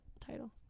title